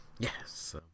Yes